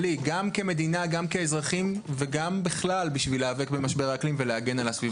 על כן יש נסיגה בכמות האנשים שמוותרים על השקית החד פעמית.